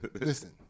listen